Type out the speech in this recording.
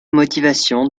motivations